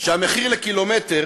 שהמחיר לקילומטר